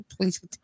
Please